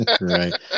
Right